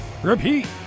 Repeat